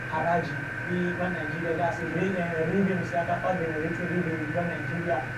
Haraji bi ъa nigeria thats revenue suyaka pag generation revenue bi ъa nigeria